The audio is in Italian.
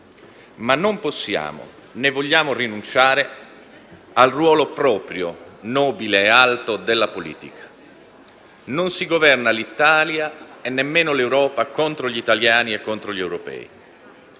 ma non possiamo né vogliamo rinunciare al ruolo proprio, nobile e alto della politica. Non si governa l'Italia e nemmeno l'Europa contro gli italiani e contro gli europei.